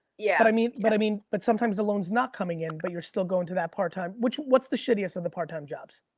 yeah. but i mean but i mean, but sometimes the loan's not coming in, but you're still going to that part time what's the shittiest of the part time jobs?